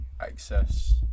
access